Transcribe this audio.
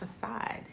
facade